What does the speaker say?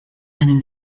einem